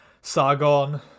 Sargon